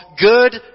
Good